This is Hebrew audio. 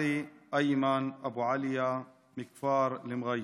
עלי איימן אבו עליא מכפר אל-מוע'ייר.